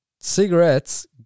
cigarettes